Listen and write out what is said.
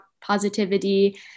positivity